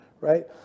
right